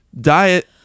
Diet